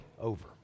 over